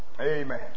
amen